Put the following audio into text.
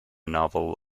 novel